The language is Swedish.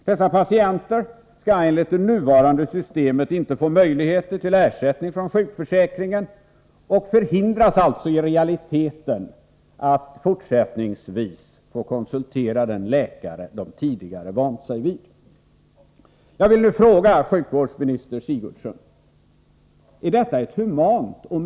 Dessa patienter skulle enligt det nuvarande nya systemet inte få möjligheter till ersättning från sjukförsäkringen och förhindras i realiteten att fortsättningsvis få konsultera den läkare de tidigare vant sig vid.